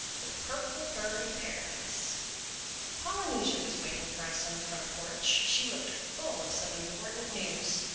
the purple bird-of-paradise polynesia was waiting for us in the front porch. she looked full of some important news.